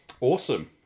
Awesome